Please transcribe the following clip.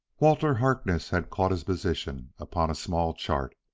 walter harkness had caught his position upon a small chart.